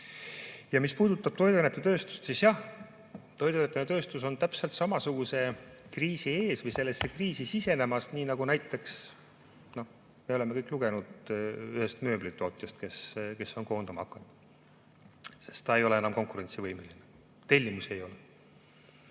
Ja mis puudutab toiduainetööstust, siis jah, toiduainetööstus on täpselt samasuguse kriisi ees või samasugusesse kriisi sisenemas, nii nagu näiteks – me oleme seda kõik lugenud – üks mööblitootja, kes on koondama hakanud, sest ta ei ole enam konkurentsivõimeline. Tellimusi ei ole.